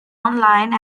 online